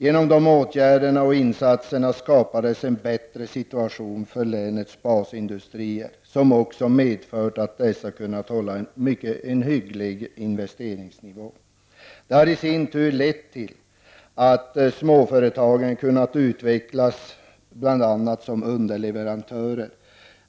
Genom de åtgärderna och insatserna skapades en bättre situation för länets basindustrier, vilket också medfört att dessa kunnat hålla en hygglig investeringsnivå. Det har i sin tur lett till att de små företagen kunnat utvecklas bl.a. som underleverantörer.